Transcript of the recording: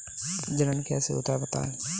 जनन कैसे होता है बताएँ?